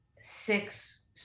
six